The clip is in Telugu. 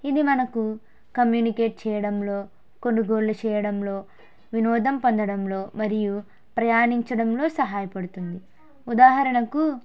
ఇది మనకు కమ్యూనికేట్ చేయడంలో కొనుగోలు చేయడంలో వినోదం పొందడంలో మరియు ప్రయాణించడంలో సహాయపడుతుంది ఉదాహరణకు